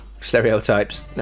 stereotypes